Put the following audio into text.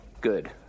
good